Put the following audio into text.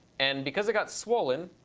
and because it got swollen